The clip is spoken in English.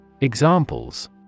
Examples